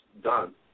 done